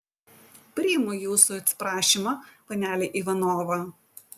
priimu jūsų atsiprašymą panele ivanova